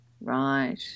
Right